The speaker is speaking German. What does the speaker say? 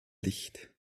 licht